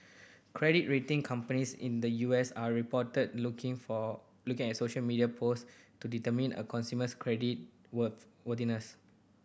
credit rating companies in the U S are reported looking for looking at social media post to determine a consumer's credit worth worthiness